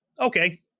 okay